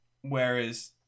Whereas